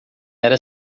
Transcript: era